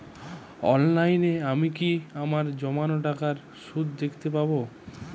অনলাইনে আমি কি আমার জমানো টাকার সুদ দেখতে পবো?